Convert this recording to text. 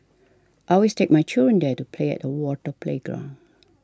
I always take my children there to play at the water playground